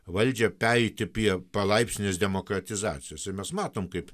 valdžią pereiti prie palaipsninės demokratizacijos ir mes matom kaip